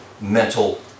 mental